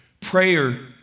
Prayer